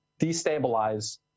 destabilize